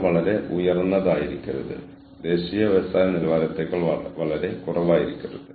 വിരോധാഭാസത്തിന്റെ ഈ രണ്ട് ധ്രുവങ്ങളിൽ ഏതാണ് ഈ രണ്ട് വശങ്ങളിൽ ഏതാണ് അടിയന്തിരമായി ഇപ്പോൾ ചെയ്യേണ്ടത്